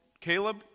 Caleb